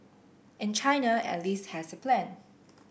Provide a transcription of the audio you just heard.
and China at least has a plan